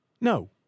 No